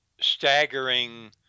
staggering